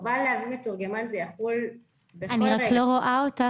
החובה להביא מתורגמן תחול בכל --- אני לא רואה אותך.